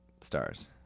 stars